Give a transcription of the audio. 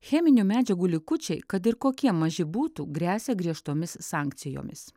cheminių medžiagų likučiai kad ir kokie maži būtų gresia griežtomis sankcijomis